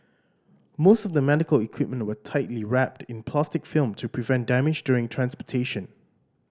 most of the medical equipment were tightly wrapped in plastic film to prevent damage during transportation